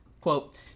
Quote